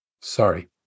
Sorry